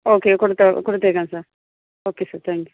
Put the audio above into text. okay കൊടുക്കാം കൊടുത്തയക്കാം sir okay sir thank U